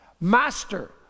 Master